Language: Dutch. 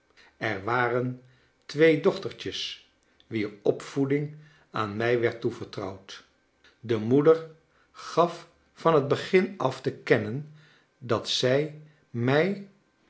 er waren twee dochtertjes wier opvoeding aan mij werd toevertrouwd de moeder gaf van het begin af te kennen dat zij mij